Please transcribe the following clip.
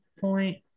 point